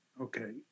okay